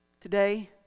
Today